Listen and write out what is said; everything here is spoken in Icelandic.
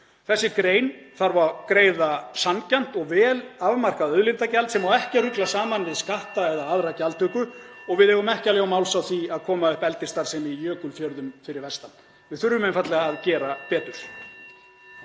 hringir.) þarf að greiða sanngjarnt og vel afmarkað auðlindagjald sem á ekki að rugla saman (Forseti hringir.) við skatta eða aðra gjaldtöku. Og við eigum ekki að ljá máls á því að koma upp eldisstarfssemi í Jökulfjörðum fyrir vestan. Við þurfum einfaldlega að gera betur.